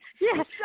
Yes